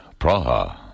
Praha